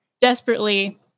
desperately